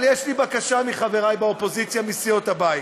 אבל יש לי בקשה מחבריי באופוזיציה מסיעות הבית: